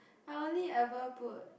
I only ever put